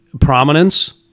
prominence